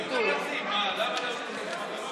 של חבר הכנסת מיקי לוי.